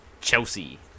Chelsea